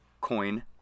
coin